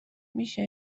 میشه